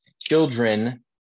Children